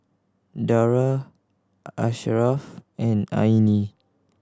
Dara Asharaff and Aina